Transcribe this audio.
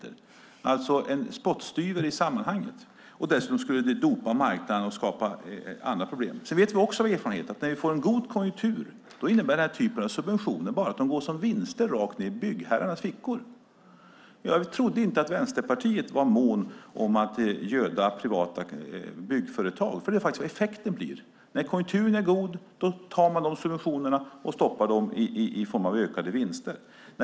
Det handlar alltså om en spottstyver i sammanhanget. Dessutom skulle det dopa marknaden och skapa andra problem. Vi vet också av erfarenhet att när konjunkturen är god innebär denna typ av subventioner vinster som går rakt ned i byggherrarnas fickor. Jag trodde inte att Vänsterpartiet månade om att göda privata byggföretag, vilket blir effekten. När konjunkturen är god blir subventionerna ökade vinster.